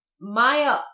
Maya